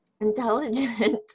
intelligent